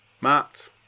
Matt